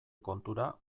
kontura